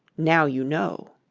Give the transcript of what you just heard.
now you know